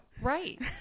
Right